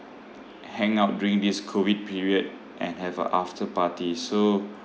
hang out during this COVID period and have a after party so